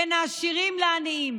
בין העשירים לעניים.